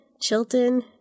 Chilton